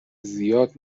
زیاد